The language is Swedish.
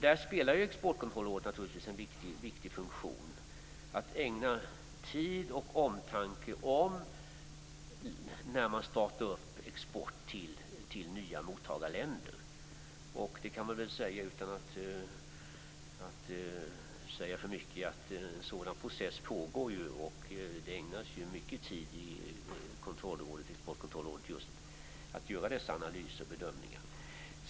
Där har Exportkontrollrådet en viktig funktion. Det skall ägnas tid till detta, och att starta en export till nya mottagarländer skall göras med omtanke. Man kan utan att säga för mycket säga att en sådan process pågår. Det ägnas mycken tid i Exportkontrollrådet just till att göra dessa analyser och bedömningar.